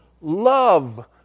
love